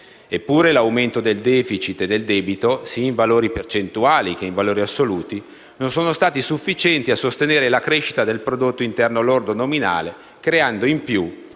Eppure, l'aumento del *deficit* e del debito, sia in valori percentuali che in valori assoluti, non sono stati sufficienti a sostenere la crescita del prodotto interno lordo nominale, creando in più